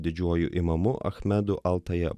didžiuoju imamu achmedu altaje